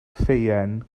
ffeuen